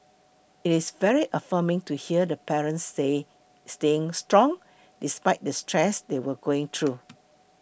it is very affirming to hear the parents say staying strong despite the stress they were going through